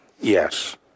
Yes